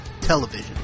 television